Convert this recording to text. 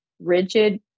rigid